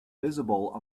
visible